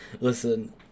listen